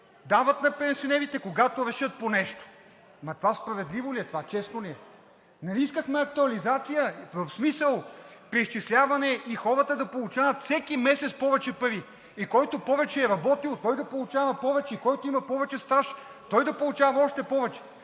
дават на пенсионерите, когато решат по нещо. Това справедливо ли е? Честно ли е? Нали искахме актуализация в смисъл преизчисляване и хората да получават всеки месец повече пари и който повече е работил, той да получава, и който има повече стаж, той да получава още повече.